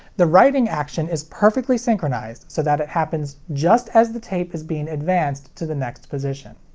the writing action is perfectly synchronized so that it happens just as the tape is being advanced to the next position.